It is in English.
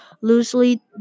loosely